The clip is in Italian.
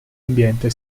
ambiente